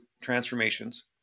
transformations